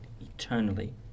eternally